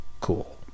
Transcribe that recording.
cool